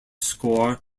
score